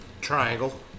Triangle